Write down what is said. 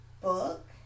book